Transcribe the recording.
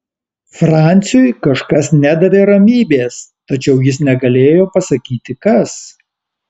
franciui kažkas nedavė ramybės tačiau jis negalėjo pasakyti kas